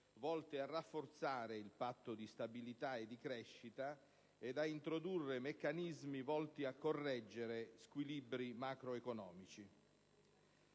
volte a rafforzare il Patto di stabilità e di crescita e ad introdurre meccanismi volti a correggere squilibri macroeconomici.